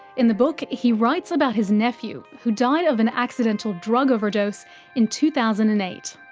in the book he writes about his nephew, who died of an accidental drug overdose in two thousand and eight.